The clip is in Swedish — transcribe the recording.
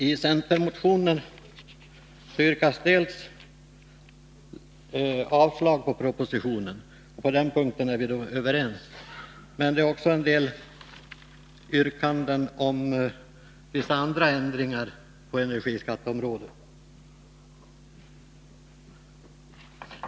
I centermotionen hemställs om avslag på propositionen — på den punkten är vi överens. Men det finns också en del yrkanden om vissa andra ändringar på energiskatteområdet.